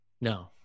No